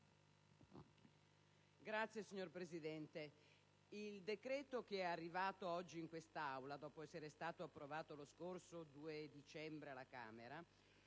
*(PdL)*. Signor Presidente, il decreto-legge che è arrivato oggi in quest'Aula, dopo essere stato approvato lo scorso 2 dicembre alla Camera